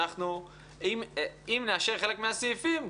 אם נאשר חלק מהסעיפים,